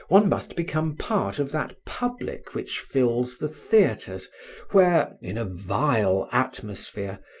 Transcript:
one must become part of that public which fills the theatres where, in a vile atmosphere,